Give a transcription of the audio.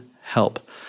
help